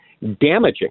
damaging